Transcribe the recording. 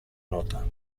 nota